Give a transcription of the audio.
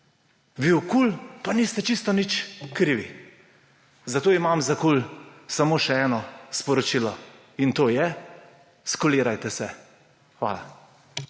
Vi v KUL pa niste čisto nič krivi. Zato imam za KUL samo še eno sporočilo, in to je: sKULirajte se. Hvala.